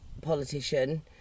politician